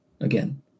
again